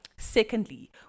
Secondly